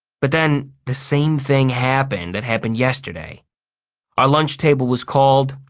but then the same thing happened that happened yesterday our lunch table was called,